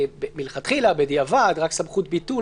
מלכתחילה, בדיעבד, רק סמכות ביטול.